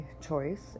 choice